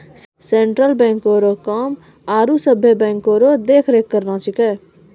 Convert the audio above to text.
central बैंको रो काम आरो सभे बैंको रो देख रेख करना छिकै